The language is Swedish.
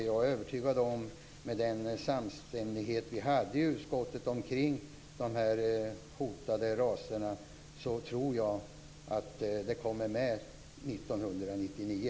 Men med den samstämmighet vi hade i utskottet om de hotade raserna tror jag att frågan kommer med 1999.